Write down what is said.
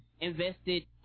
invested